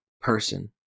person